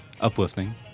uplifting